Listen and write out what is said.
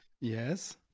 Yes